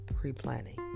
pre-planning